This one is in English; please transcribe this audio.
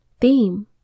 theme